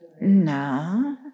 No